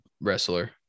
wrestler